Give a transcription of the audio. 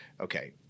okay